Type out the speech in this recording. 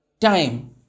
time